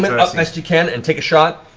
um it it up, best you can, and take a shot.